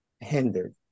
Hindered